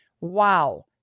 Wow